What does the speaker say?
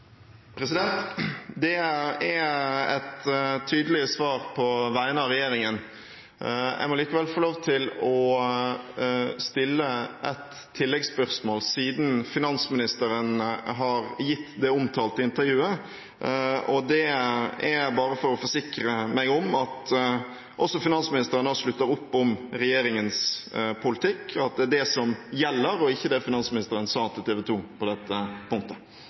Det er et tydelig svar på vegne av regjeringen. Jeg må likevel få lov til å stille et tilleggsspørsmål, siden finansministeren har gitt det omtalte intervjuet, og det er bare for å forsikre meg om at også finansministeren slutter opp om regjeringens politikk, og at det er det som gjelder, og ikke det som finansministeren sa på TV 2 på dette punktet.